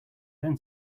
then